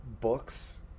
books